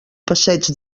passeig